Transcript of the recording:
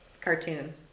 Cartoon